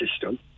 system